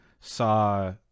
saw –